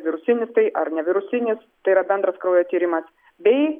virusinis tai ar nevirusinis tai yra bendras kraujo tyrimas bei